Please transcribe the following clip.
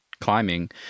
climbing